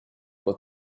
what